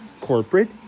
corporate